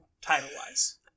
title-wise